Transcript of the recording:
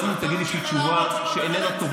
השחצנות שלך,